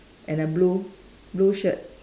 and a blue blue shirt